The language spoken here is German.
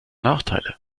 nachteile